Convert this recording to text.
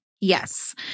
Yes